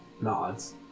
nods